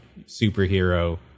superhero